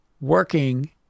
working